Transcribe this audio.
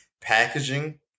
packaging